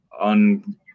on